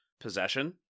possession